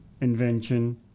invention